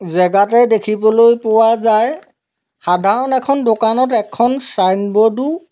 জেগাতে দেখিবলৈ পোৱা যায় সাধাৰণ এখন দোকানত এখন চাইনবৰ্ডো